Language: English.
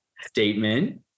statement